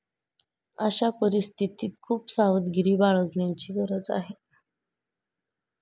अशा परिस्थितीत खूप सावधगिरी बाळगण्याची गरज आहे